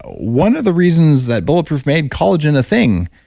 one of the reasons that bulletproof made collagen a thing,